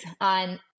on